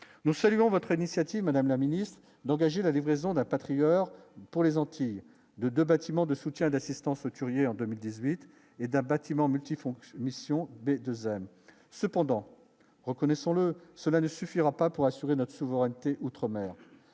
nous saluons votre émission. Madame la Ministre d'engager la livraison de la patrie heures pour les Antilles de 2 bâtiments de soutien, d'assistance hauturier en 2018 et d'un bâtiment multifonctions mission B 2 cependant, reconnaissons-le, cela ne suffira pas pour assurer notre souveraineté outre-mer